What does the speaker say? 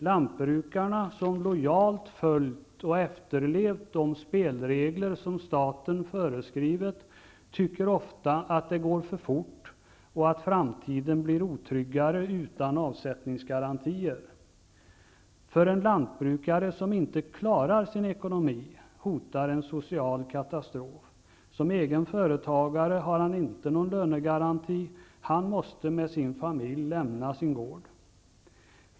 Lantbrukarna, som lojalt efterlevt de ''spelregler'' som staten föreskrivit, tycker ofta att det går för fort och att framtiden blir otryggare utan avsättningsgarantier. För en lantbrukare som inte klarar sin ekonomi hotar en social katastrof. Som egen företagare har han inte någon lönegaranti. Han måste med sin familj lämna sin gård.